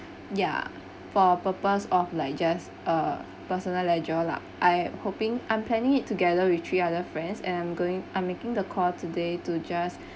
ya for a purpose of like just a personal leisure lah I hoping I'm planning it together with three other friends and I'm going I'm making the call today to just